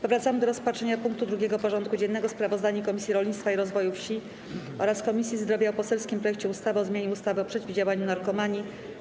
Powracamy do rozpatrzenia punktu 2. porządku dziennego: Sprawozdanie Komisji Rolnictwa i Rozwoju Wsi oraz Komisji Zdrowia o poselskim projekcie ustawy o zmianie ustawy o przeciwdziałaniu narkomanii.